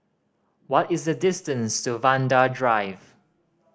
what is the distance to Vanda Drive